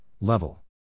level